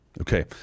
Okay